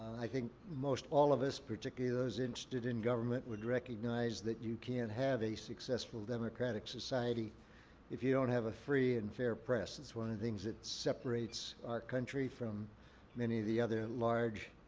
i think most all of us, particularly those interested in government, would recognize that you can't have a successful democratic society if you don't have a free and fair press. this is one of the things that separates our country from many of the other large,